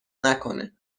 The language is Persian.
نکنه